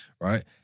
right